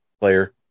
player